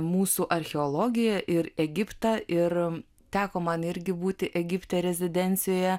mūsų archeologiją ir egiptą ir teko man irgi būti egipte rezidencijoje